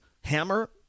Hammer